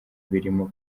birimo